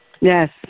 Yes